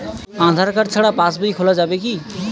আধার card ছাড়া পাশবই খোলা যাবে কি?